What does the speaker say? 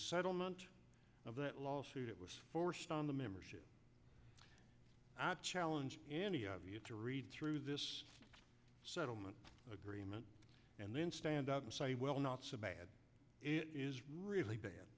settlement of that lawsuit it was forced on the membership i challenge any of you to read through this settlement agreement and then stand up and say well not so bad it is really bad